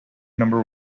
number